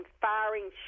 firing